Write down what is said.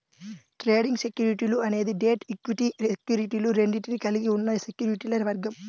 trading సెక్యూరిటీలు అనేది debt, equity సెక్యూరిటీలు రెండింటినీ కలిగి ఉన్న సెక్యూరిటీల వర్గం